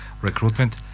recruitment